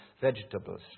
vegetables